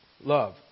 love